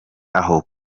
aho